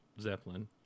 Zeppelin